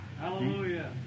Hallelujah